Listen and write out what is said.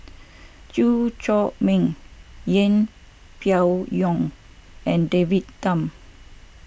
Chew Chor Meng Yeng Pway Ngon and David Tham